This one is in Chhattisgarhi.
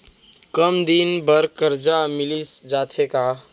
कम दिन बर करजा मिलिस जाथे का?